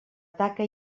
taca